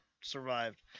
survived